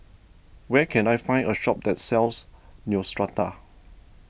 where can I find a shop that sells Neostrata